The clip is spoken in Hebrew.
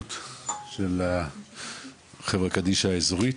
שיפוט של חברה קדישא האזורית.